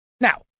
Now